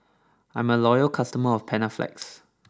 I'm a loyal customer of Panaflex